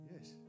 Yes